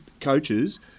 coaches